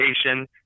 education